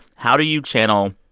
how do you channel